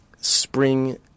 spring